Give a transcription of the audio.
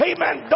Amen